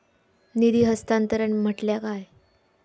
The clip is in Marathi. निधी हस्तांतरण म्हटल्या काय?